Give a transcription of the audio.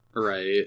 Right